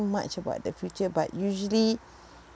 much about the future but usually